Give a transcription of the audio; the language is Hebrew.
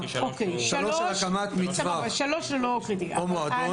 (3) על הקמת מטווח או מועדון.